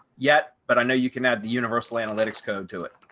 yet, but i know you can add the universal analytics code to it.